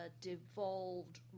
devolved